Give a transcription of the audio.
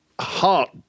heart